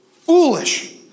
foolish